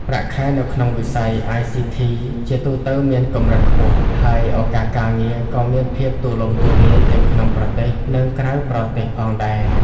ប្រាក់ខែនៅក្នុងវិស័យ ICT ជាទូទៅមានកម្រិតខ្ពស់ ហើយឱកាសការងារក៏មានភាពទូលំទូលាយទាំងក្នុងប្រទេសនិងក្រៅប្រទេសផងដែរ។